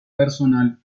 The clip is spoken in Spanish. personal